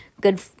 Good